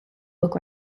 look